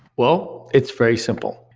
well, it's very simple.